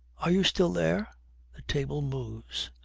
are you still there the table moves.